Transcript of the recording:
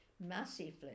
massively